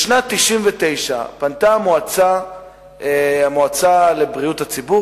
בשנת 1999 פנתה המועצה לבריאות הציבור,